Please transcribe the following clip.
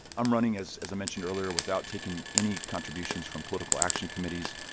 i'm running, as as i mentioned earlier, without taking any contributions from political action committees.